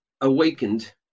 awakened